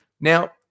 Now